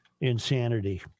insanity